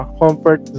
comfort